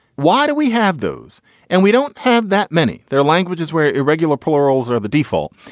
why do we have those and we don't have that many. there are languages where irregular plurals are the default.